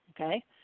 okay